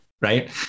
right